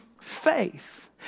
faith